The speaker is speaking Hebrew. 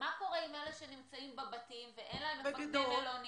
אבל מה קורה עם אלה שנמצאים בבתים ואין להם מפקדי מלונית,